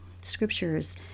scriptures